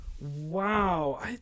Wow